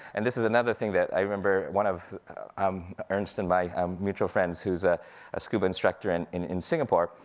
and this is another thing that i remember one of um ernst's and my um mutual friends who's a scuba instructor and in in singapore,